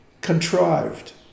contrived